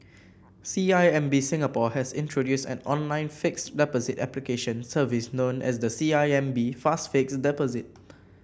C I M B Singapore has introduced an online fixed deposit application service known as the C I M B Fast Fixed Deposit